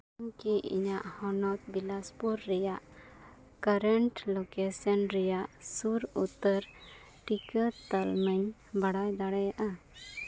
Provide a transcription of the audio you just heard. ᱤᱧ ᱠᱤ ᱤᱧᱟᱹᱜ ᱦᱚᱱᱚᱛ ᱵᱤᱞᱟᱥᱯᱩᱨ ᱨᱮᱭᱟᱜ ᱠᱟᱨᱮᱱᱴ ᱞᱳᱠᱮᱥᱮᱱ ᱨᱮᱭᱟᱜ ᱥᱩᱨ ᱩᱛᱟᱹᱨ ᱴᱤᱠᱟᱹ ᱛᱟᱞᱢᱟᱧ ᱵᱟᱲᱟᱭ ᱫᱟᱲᱮᱭᱟᱜᱼᱟ